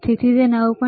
તેથી તે 9